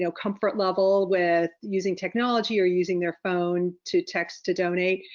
so comfort level with using technology or using their phone to text to donate.